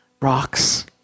rocks